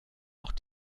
auch